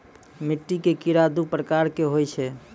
मिट्टी के कीड़ा दू प्रकार के होय छै